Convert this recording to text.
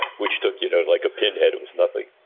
which took you know like a pinhead. it was nothing